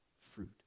fruit